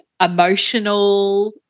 emotional